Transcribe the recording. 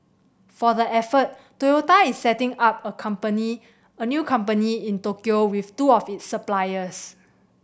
for the effort Toyota is setting up a company a new company in Tokyo with two of its suppliers